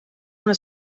una